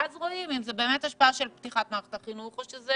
ואז רואים האם זו באמת השפעה של פתיחת מערכות החינוך או שזה,